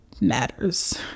matters